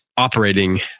operating